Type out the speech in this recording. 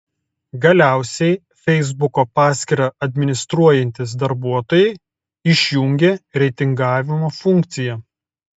galiausiai feisbuko paskyrą administruojantys darbuotojai išjungė reitingavimo funkciją